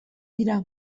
dira